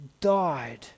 died